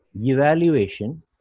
evaluation